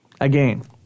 Again